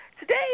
today